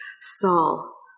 Saul